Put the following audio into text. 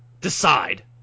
Decide